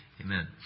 Amen